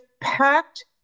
Packed